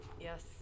Yes